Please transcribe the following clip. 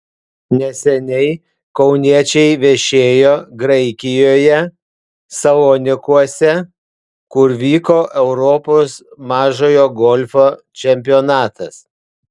neseniai kauniečiai viešėjo graikijoje salonikuose kur vyko europos mažojo golfo čempionatas